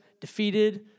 defeated